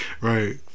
Right